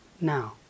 now